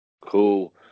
cool